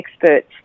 experts